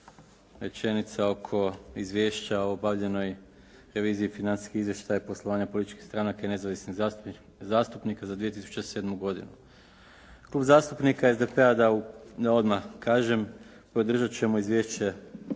rečenica oko izvješća o obavljenoj reviziji Financijskih izvještaj o poslovanju političkih stranaka i nezavisnih zastupnika za 2007. godinu. Klub zastupnika SDP-a da odmah kažem, podržati ćemo izvješće